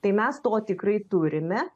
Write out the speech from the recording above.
tai mes to tikrai turime